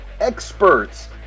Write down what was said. experts